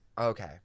okay